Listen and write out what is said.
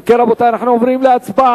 אם כן, רבותי, אנחנו עוברים להצבעה.